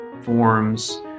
forms